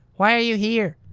why are you here?